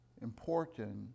important